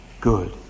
good